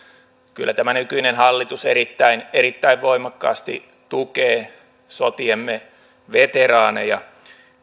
kyllä tämä nykyinen hallitus erittäin erittäin voimakkaasti tukee sotiemme veteraaneja